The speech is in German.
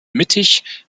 mittig